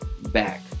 back